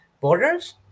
borders